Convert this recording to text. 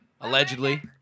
Allegedly